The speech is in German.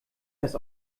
das